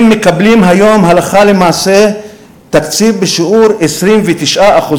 הם מקבלים הלכה למעשה תקציב בשיעור 29%